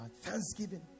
Thanksgiving